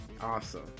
Awesome